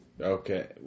Okay